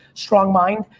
strong mind.